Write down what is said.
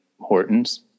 Hortons